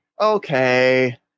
Okay